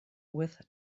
with